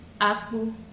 Apple